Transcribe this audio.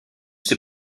ses